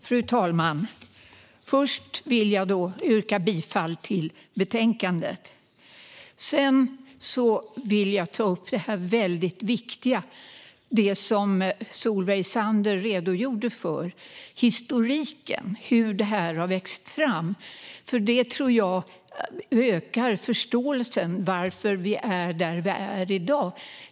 Fru talman! Först vill jag yrka bifall till förslaget i betänkandet. Sedan vill jag ta upp det viktiga som Solveig Zander redogjorde för, nämligen historiken, hur detta förslag har växt fram. Det ökar förståelsen för varför vi är där vi är i dag.